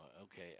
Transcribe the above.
Okay